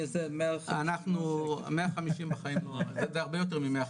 זה הרבה יותר מ-150.